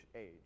age